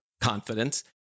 confidence